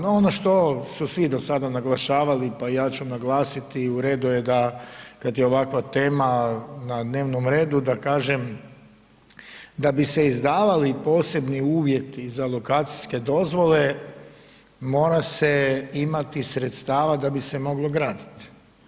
No ono što su svi do sada naglašavali pa i ja ću naglasiti, u redu je da kad je ovakva tema na dnevnom redu, da kažem da bi se izdavali posebni uvjeti za lokacijske dozvole, mora se imati sredstava da bi se moglo graditi.